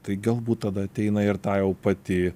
tai galbūt tada ateina ir ta jau pati